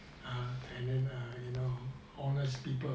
and then you know honest people